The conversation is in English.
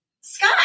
Sky